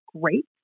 great